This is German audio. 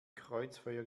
kreuzfeuer